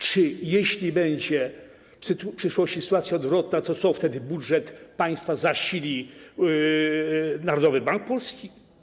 Czy jeśli będzie w przyszłości sytuacja odwrotna, to wtedy budżet państwa zasili Narodowy Bank Polski?